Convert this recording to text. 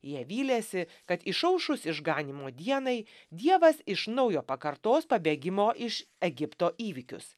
jie vylėsi kad išaušus išganymo dienai dievas iš naujo pakartos pabėgimo iš egipto įvykius